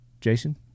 Jason